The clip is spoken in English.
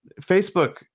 Facebook